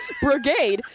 brigade